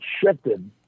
shifted